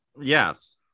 Yes